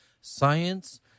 science